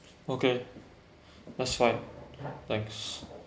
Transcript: okay that's fine thanks